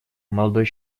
молодой